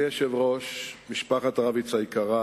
אדוני היושב-ראש, משפחת רביץ היקרה,